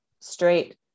straight